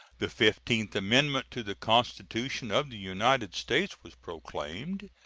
the fifteenth amendment to the constitution of the united states was proclaimed,